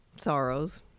sorrows